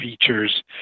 features